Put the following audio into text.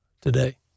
today